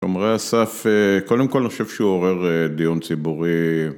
שומרי הסף, קודם כל אני חושב שהוא עורר דיון ציבורי.